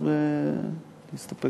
אז נסתפק בתשובה.